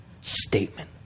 statement